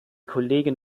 kollegin